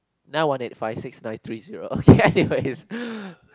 nine one eight five six nine three zero okay anyways